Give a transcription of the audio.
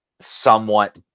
somewhat